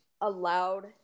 allowed